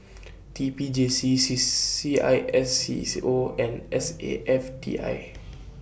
T P J C C C I S C O and S A F T I